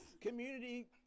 community